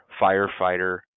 firefighter